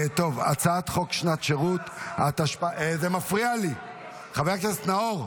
הצעת חוק שנת שירות, התשפ"ד 2024. חבר הכנסת נאור,